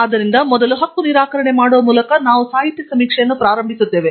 ಆದ್ದರಿಂದ ಮೊದಲು ಹಕ್ಕು ನಿರಾಕರಣೆ ಮಾಡುವ ಮೂಲಕ ನಾವು ಸಾಹಿತ್ಯ ಸಮೀಕ್ಷೆಯನ್ನು ಪ್ರಾರಂಭಿಸುತ್ತೇವೆ